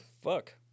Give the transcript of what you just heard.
fuck